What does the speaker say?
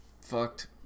fucked